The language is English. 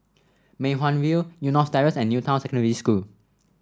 Mei Hwan View Eunos Terrace and New Town Secondary School